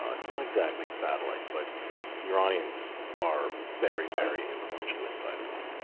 ah it's not exactly a satellite, but the iranians are very very influential inside iran.